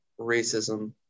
racism